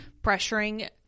pressuring